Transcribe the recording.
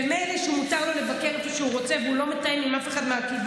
ומילא שמותר לו לבקר את מי שהוא רוצה והוא לא מתאם עם אף אחד מהקיבוץ.